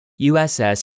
USS